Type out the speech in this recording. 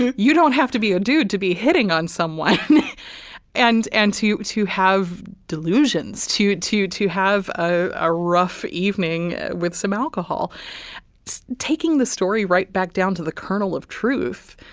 you don't have to be a dude to be hitting on someone and and to to have delusions to to to have a rough evening with some alcohol taking the story right back down to the kernel of truth.